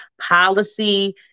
policy